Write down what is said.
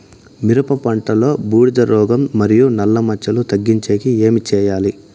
మిరప చెట్టులో బూడిద రోగం మరియు నల్ల మచ్చలు తగ్గించేకి ఏమి చేయాలి?